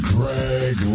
Greg